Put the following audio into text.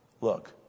Look